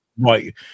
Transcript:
right